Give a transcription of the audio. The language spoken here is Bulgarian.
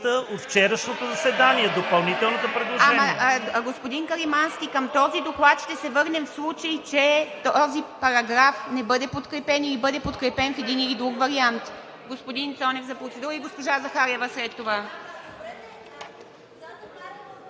от вчерашното заседание – допълнителното предложение. ПРЕДСЕДАТЕЛ ИВА МИТЕВА: Господин Каримански, към този доклад ще се върнем в случай, че този параграф не бъде подкрепен или бъде подкрепен в един или друг вариант. Господин Цонев за процедура, и след това